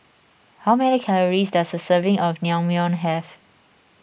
how many calories does a serving of Naengmyeon have